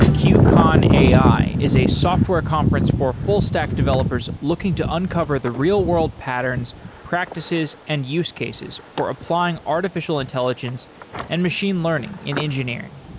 qcon ai is a software conference for full-stack developers looking to uncover the real world patterns, practices, and use cases for applying artificial intelligence and machine learning in engineering.